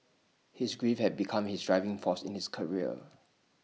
his grief had become his driving force in his career